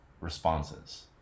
responses